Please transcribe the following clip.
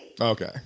Okay